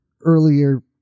earlier